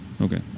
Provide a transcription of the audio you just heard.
Okay